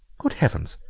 good heavens!